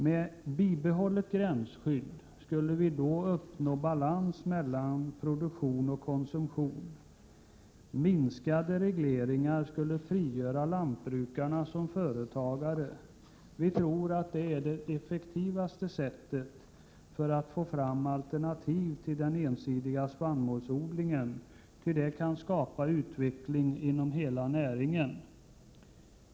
Med bibehållet gränsskydd skulle vi då uppnå balans mellan produktion och konsumtion. Minskade regleringar skulle frigöra lantbrukarna som företagare. Vi tror att det är det effektivaste sättet att få fram alternativ till den ensidiga spannmålsodlingen, ty det kan skapa en utveckling inom näringen i dess helhet.